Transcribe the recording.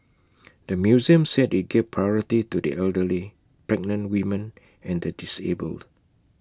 the museum said IT gave priority to the elderly pregnant women and the disabled